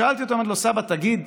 שאלתי אותו, אמרתי לו: סבא, תגיד,